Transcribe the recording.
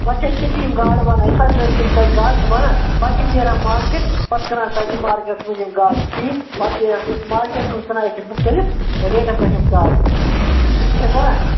پَتہٕ چھِ أسۍ تٔتی یِم گاڈٕ بَنان ییٚمہِ ساتہٕ أسۍ یِم تَتہِ گاڈٕ چھِ بَنان پَتہٕ چھِ أسۍ نیران مارکیٹ پَتہٕ کٕنان تَتہِ مارکیٹَس منٛز یِم گاڈٕ ٹھیٖک پَتہٕ چھِ یہِ حظ مارکیٹَس منٛز کٕنان أسۍ مُختلِف ریٹَن پٮ۪ٹھ یِم گاڈٕ فِکری چھا تَران